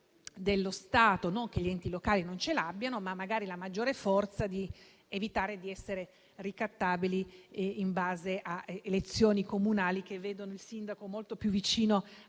dello Stato; non che gli enti locali non ce l'abbiano, ma magari lo Stato ha una maggiore forza nell'evitare di essere ricattabile da elezioni comunali che vedono il sindaco molto più vicino ai